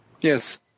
Yes